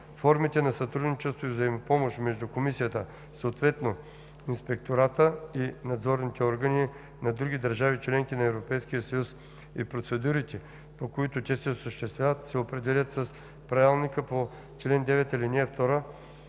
Формите на сътрудничество и взаимопомощ между комисията, съответно инспектората и надзорните органи на други държави – членки на Европейския съюз и процедурите, по които те се осъществяват, се определят с правилника по чл. 9, ал. 2,